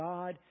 God